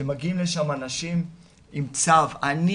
שמגיעים לשם אנשים עם צו בית משפט,